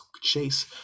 Chase